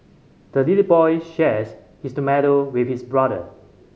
the little boy shares his tomato with his brother